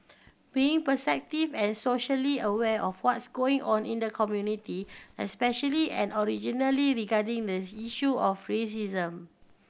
being perceptive and socially aware of what's going on in the community especially and originally regarding the issue of racism